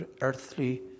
earthly